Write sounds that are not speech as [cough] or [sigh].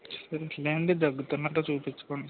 [unintelligible] దగ్గుతున్నట్టు చూపించుకోండి